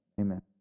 Amen